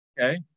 okay